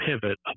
pivot